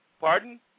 Pardon